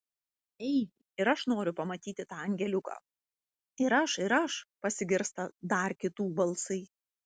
ei ir aš noriu pamatyti tą angeliuką ir aš ir aš pasigirsta dar kitų balsai